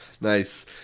Nice